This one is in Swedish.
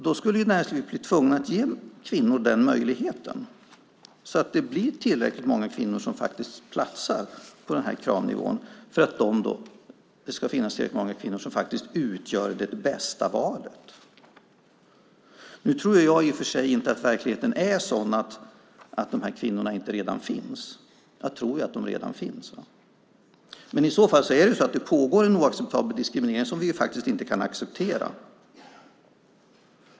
Då skulle näringslivet bli tvunget att ge kvinnorna den möjligheten så att tillräckligt många ska platsa på den kravnivån, detta för att det ska finnas tillräckligt många kvinnor som också utgör det bästa valet. Nu tror jag inte att verkligheten är sådan att dessa kvinnor inte finns. Jag tror att de redan finns, och i så fall pågår en diskriminering. Det kan vi inte acceptera.